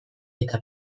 eta